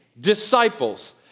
disciples